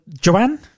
Joanne